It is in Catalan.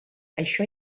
això